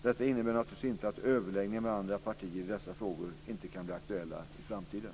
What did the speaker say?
Detta innebär naturligtvis inte att överläggningar med andra partier i dessa frågor inte kan bli aktuella i framtiden.